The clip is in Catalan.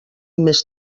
més